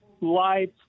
life